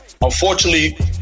unfortunately